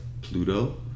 Pluto